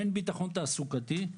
אין ביטחון תעסוקתי.